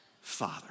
Father